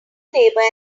neighbour